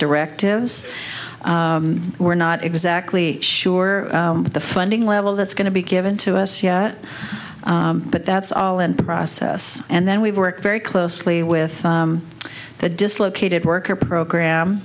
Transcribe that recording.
directives we're not exactly sure the funding level that's going to be given to us yet but that's all in the process and then we work very closely with the dislocated worker program